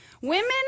Women